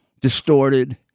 distorted